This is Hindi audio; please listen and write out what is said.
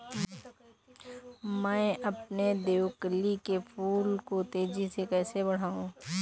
मैं अपने देवकली के फूल को तेजी से कैसे बढाऊं?